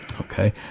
Okay